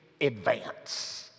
advance